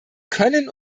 können